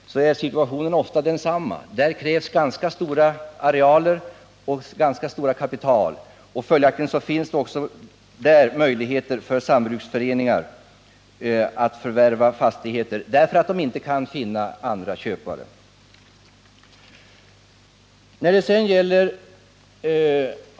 För dem krävs ganska stora arealer och ganska stora kapital. Följaktligen har de också möjligheter att förvärva fastigheter eftersom andra köpare ej går att finna.